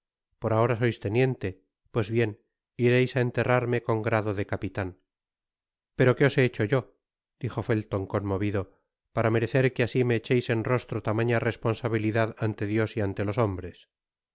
por ahora sois teniente pues bien ireis á enterrarme con grado de capitan pero qué os he hecho yo dijo felton conmovido para merecer que asi me echeis en rostro tamaña responsabilidad ante dios y ante los hombres